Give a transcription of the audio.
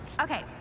Okay